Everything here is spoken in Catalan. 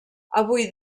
avui